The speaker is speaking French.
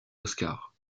oscars